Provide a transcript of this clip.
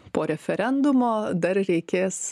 po referendumo dar reikės